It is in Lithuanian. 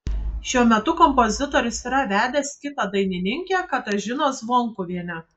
šiuo metu kompozitorius yra vedęs kitą dainininkę katažiną zvonkuvienę